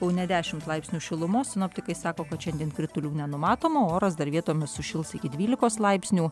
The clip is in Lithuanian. kaune dešimt laipsnių šilumos sinoptikai sako kad šiandien kritulių nenumatoma oras dar vietomis sušils iki dvylikos laipsnių